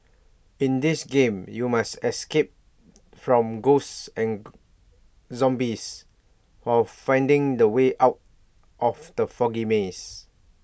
in this game you must escape from ghosts and zombies while finding the way out of the foggy maze